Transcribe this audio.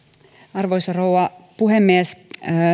arvoisa rouva puhemies